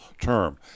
term